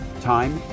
time